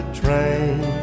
train